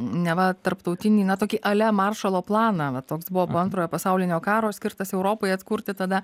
neva tarptautinį na tokį ale maršalo planą va toks buvo po antrojo pasaulinio karo skirtas europai atkurti tada